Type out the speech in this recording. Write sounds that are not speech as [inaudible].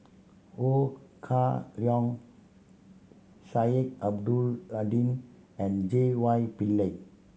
Ho Kah Leong Sheik [unintelligible] Lddin and J Y Pillay